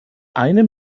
eine